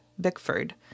Bickford